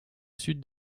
sud